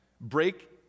break